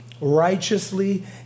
righteously